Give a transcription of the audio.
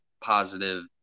positive